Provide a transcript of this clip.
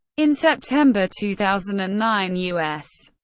in september two thousand and nine, u s.